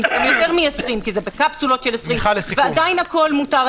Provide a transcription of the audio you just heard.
קילומטר, בקפסולות של 20 ועדיין הכול מותר.